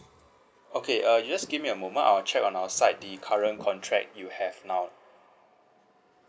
okay uh you just give me a moment I'll check on our side the current contract you have now